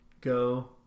go